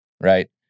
right